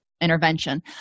intervention